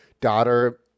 daughter